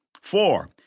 Four